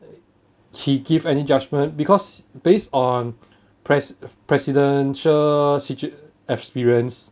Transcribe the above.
she give any judgment because based on press presidential situa~ experience